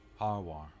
Harwar